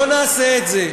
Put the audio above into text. לא נעשה את זה.